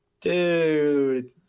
dude